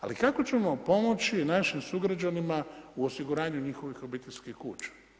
Ali kako ćemo pomoći našim sugrađanima u osiguranju njihovih obiteljskih kuća?